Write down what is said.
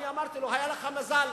אמרתי לו, היה לך מזל,